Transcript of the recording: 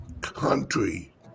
country